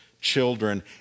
children